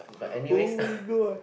oh my god